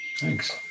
thanks